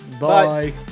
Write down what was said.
Bye